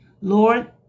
Lord